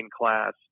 class